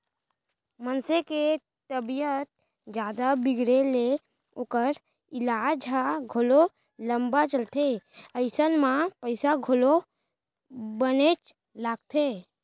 मनसे के तबीयत जादा बिगड़े ले ओकर ईलाज ह घलौ लंबा चलथे अइसन म पइसा घलौ बनेच लागथे